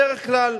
בדרך כלל,